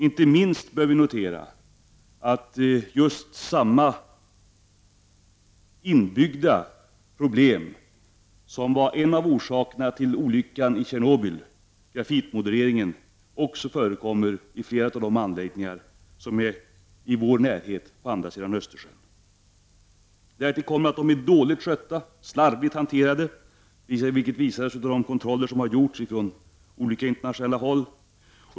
Inte minst bör vi notera att samma inbyggda problem som var en av orsakerna till olyckan i Tjernobyl, grafitmodereringen, också förekommer i flera av de anläggningar som finns i vår närhet, på andra sidan Östersjön. Därtill kommer att anläggningarna är dåligt skötta, slarvigt hanterade, vilket har visats i de olika kontroller som har gjorts från internationellt håll.